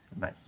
nice